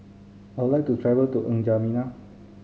I would like to travel to N'Djamena